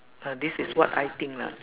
uh this is what I think lah